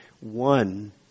one